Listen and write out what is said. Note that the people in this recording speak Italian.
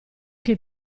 che